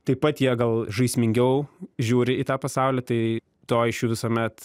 taip pat jie gal žaismingiau žiūri į tą pasaulį tai to iš jų visuomet